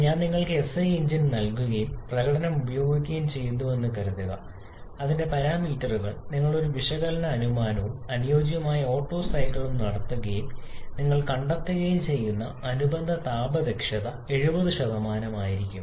ഞാൻ നിങ്ങൾക്ക് SI engine നൽകുകയും പ്രകടനം ഉപയോഗിക്കുകയും ചെയ്യുന്നുവെന്ന് കരുതുക അതിന്റെ പാരാമീറ്ററുകൾ നിങ്ങൾ ഒരു വിശകലന അനുമാനവും അനുയോജ്യമായ ഓട്ടോ സൈക്കിളും നടത്തുകയും നിങ്ങൾ കണ്ടെത്തുകയും ചെയ്യുന്നു അനുബന്ധ താപ ദക്ഷത 70 ആയിരിക്കും